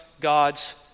God's